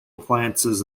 appliances